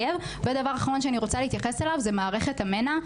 דבר אחרון שאני רוצה להתייחס אליו זה מערכת המנע,